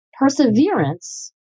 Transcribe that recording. Perseverance